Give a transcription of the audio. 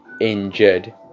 injured